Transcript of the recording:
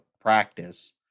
practice